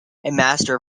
master